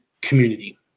community